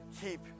Keep